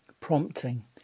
prompting